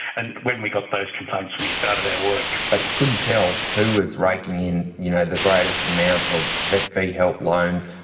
and when we got those complaints, we started our work. but you couldn't tell who was raking in you know the greatest amount of vet fee-help loans,